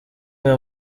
mwe